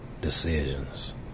decisions